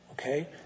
Okay